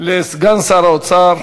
לסגן שר האוצר